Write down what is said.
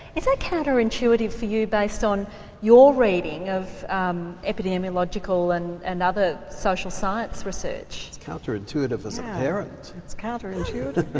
is that counterintuitive for you based on your reading of um epidemiological and and other social science research? it's counterintuitive as a parent. it's counterintuitive,